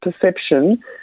perception